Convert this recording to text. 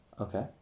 Okay